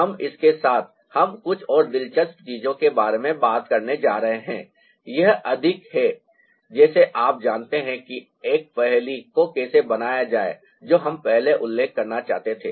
हम इसके साथ हम कुछ और दिलचस्प चीजों के बारे में बात करने जा रहे हैं यह अधिक है जैसे आप जानते हैं कि एक पहेली को कैसे बनाया जाए जो हम पहले उल्लेख करना चाहते थे